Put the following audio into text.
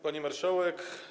Pani Marszałek!